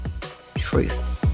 truth